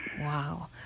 Wow